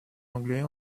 anglais